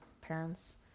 parents